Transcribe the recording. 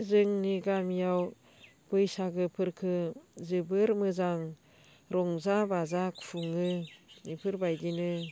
जोंनि गामियाव बैसागुफोरखौ जोबोद मोजां रंजा बाजा खुङो बेफोरबायदिनो